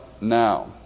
now